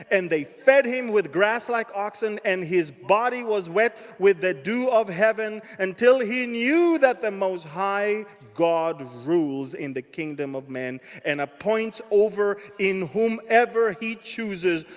and they fed him with grass like oxen, and his body was wet with the dew of heaven. until he knew that the most high god rules in the kingdom of men, and appoints over it whomever he chooses.